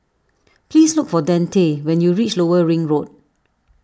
please look for Dante when you reach Lower Ring Road